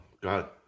God